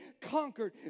conquered